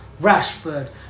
Rashford